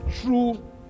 true